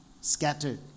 scattered